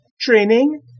training